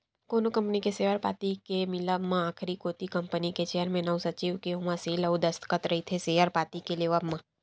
कोनो कंपनी के सेयर पाती के मिलब म आखरी कोती कंपनी के चेयरमेन अउ सचिव के ओमा सील अउ दस्कत रहिथे सेयर पाती के लेवब म